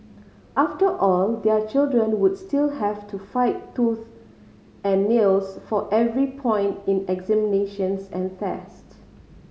after all their children would still have to fight tooth and nails for every point in examinations and tests